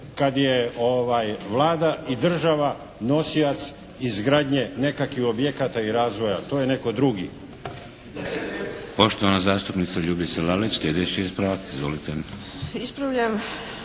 kad je Vlada i država nosioc izgradnje nekakvih objekata i razvoja, to je netko drugi.